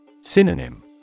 Synonym